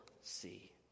see